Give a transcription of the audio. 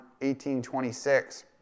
18:26